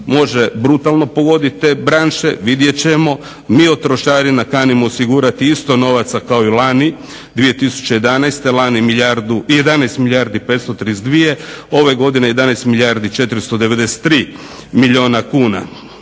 može brutalno pogodit te branše, vidjet ćemo. Mi od trošarina kanimo osigurati isto novaca kao i lani 2011., lani 11 milijardi 532, ove godine 11 milijardi 493 milijuna kuna.